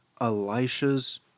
Elisha's